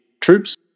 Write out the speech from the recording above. troops